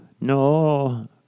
No